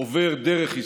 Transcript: עובר דרך ישראל.